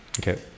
Okay